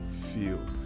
feel